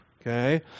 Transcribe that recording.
Okay